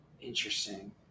Interesting